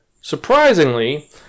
surprisingly